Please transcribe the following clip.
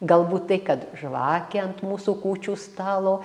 galbūt tai kad žvakė ant mūsų kūčių stalo